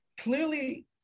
clearly